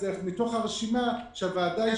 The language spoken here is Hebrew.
הוא מתוך הרשימה שהוועדה אישרה.